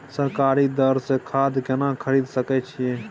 सरकारी दर से खाद केना खरीद सकै छिये?